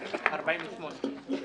בראשה זה מה שיהיה.